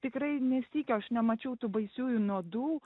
tikrai nė sykio aš nemačiau tų baisiųjų nuodų